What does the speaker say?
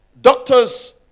Doctors